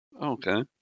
Okay